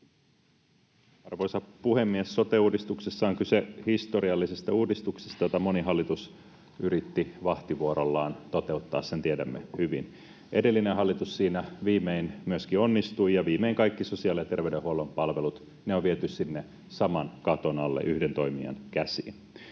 Arvoisa puhemies! Sote-uudistuksessa on kyse historiallisesta uudistuksesta, jota moni hallitus yritti vahtivuorollaan toteuttaa, sen tiedämme hyvin. Edellinen hallitus siinä viimein myöskin onnistui, ja viimein kaikki sosiaali- ja terveydenhuollon palvelut on viety sinne saman katon alle, yhden toimijan käsiin.